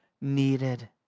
needed